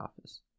office